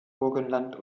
burgenland